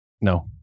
No